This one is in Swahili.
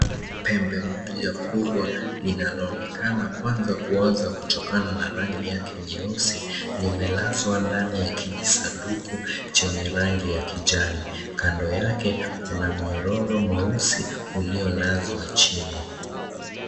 Pembe moja kubwa lenye linaonekana kwanza kuchokana na rangi narangi yake nyeusi, limelazwa kwenye kijisanduku chenye rangi ya kijani, kando yake kuna mnyororo mweusi uliyolazwa chini.